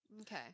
Okay